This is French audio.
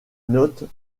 notes